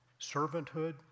servanthood